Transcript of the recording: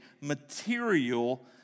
material